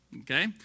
Okay